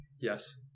Yes